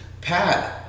Pat